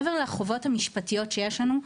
מעבר לחובות המשפטיות שיש לנו,